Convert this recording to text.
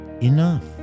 enough